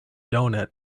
doughnut